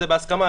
זה בהסכמה,